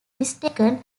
mistaken